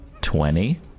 twenty